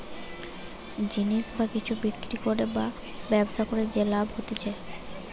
জিনিস বা কিছু বিক্রি করে বা ব্যবসা করে যে লাভ হতিছে